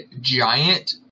giant